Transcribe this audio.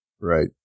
Right